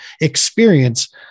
experience